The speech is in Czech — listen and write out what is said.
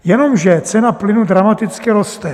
Jenomže cena plynu dramaticky roste.